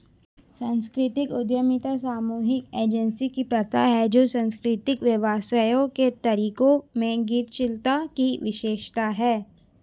सांस्कृतिक उद्यमिता सामूहिक एजेंसी की प्रथा है जो सांस्कृतिक व्यवसायों के तरीकों में गतिशीलता की विशेषता है